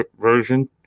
version